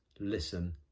listen